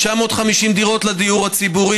950 דירות לדיור הציבורי,